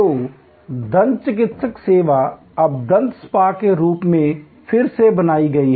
तो दंत चिकित्सक सेवा अब दंत स्पा के रूप में फिर से बनाई गई है